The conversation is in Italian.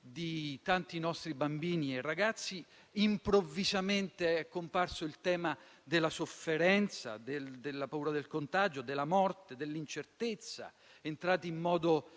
di tanti nostri bambini e ragazzi improvvisamente è comparso il tema della sofferenza, della paura del contagio, della morte e dell'incertezza, entrato in modo